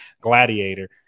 gladiator